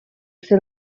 ser